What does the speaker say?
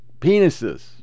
penises